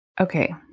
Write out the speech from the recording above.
okay